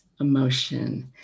emotion